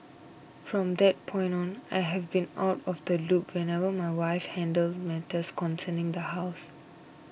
from that point on I have been out of the loop whenever my wife handles matters concerning the house